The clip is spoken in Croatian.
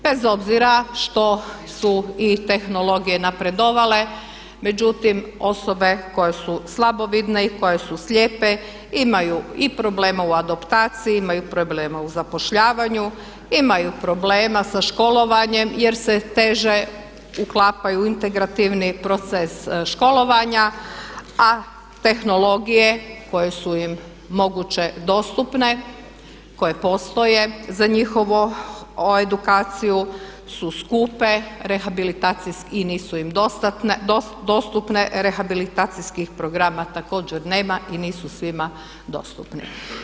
Bez obzira što su i tehnologije napredovale međutim osobe koje su slabovidne i koje su slijepe imaju i problema u adaptaciji, imaju problema u zapošljavanju, imaju problema sa školovanjem jer se teže uklapaju u integrativni proces školovanja, a tehnologije koje su im moguće dostupne, koje postoje za njihovu edukaciju su skupe i nisu im dostupne, rehabilitacijskih programa također nema i nisu svima dostupni.